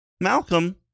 Malcolm